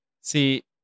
See